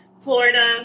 Florida